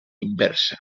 inversa